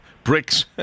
Bricks